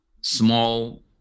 small